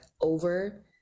over